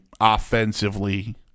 offensively